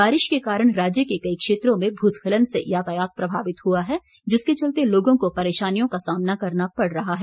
बारिश के कारण राज्य के कई क्षेत्रों में भूस्खलन से यातायात प्रभावित हुआ है जिसके चलते लोगों को परेशानियों का सामना करना पड़ रहा है